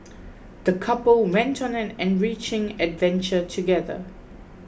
the couple went on an enriching adventure together